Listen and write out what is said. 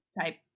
type